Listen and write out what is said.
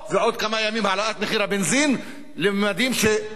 העלאת מחיר הבנזין לממדים שלא ידענו עד כה,